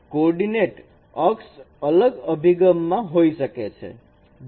coordinate અક્ષ અલગ અભિગમ માં હોય શકે છે